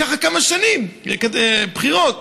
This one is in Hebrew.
וככה כמה שנים: בבחירות,